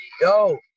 yo